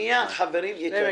שנייה, חברים יקרים.